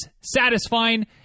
satisfying